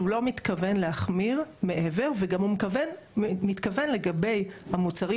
שהוא לא מתכוון להחמיר מעבר גם הוא מתכוון לגבי המוצרים